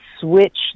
switch